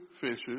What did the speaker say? fishes